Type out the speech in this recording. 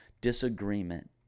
disagreement